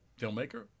filmmaker